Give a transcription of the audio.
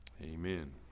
Amen